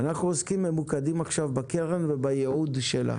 אנחנו ממוקדים עכשיו בקרן ובייעוד שלה.